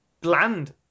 bland